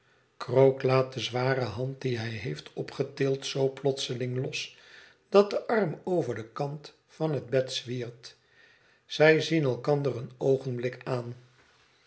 krook laat de zware hand die hij heeft opgetild zoo plotseling los dat de arm over den kant van het bed zwiert zij zien elkander een oogenblik aan